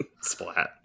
Splat